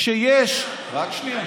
כשיש, רק שנייה.